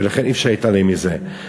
ולכן אי-אפשר להתעלם מזה.